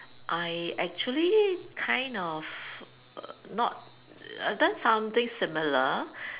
I actually kind of not err I've done something similar